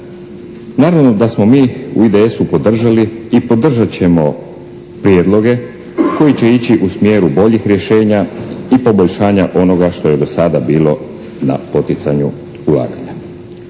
Naravno da smo mi u IDS-u podržali i podržat ćemo prijedloge koji će ići u smjeru boljih rješenja i poboljšanja onoga što je do sada bilo na poticanju ulaganja.